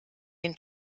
den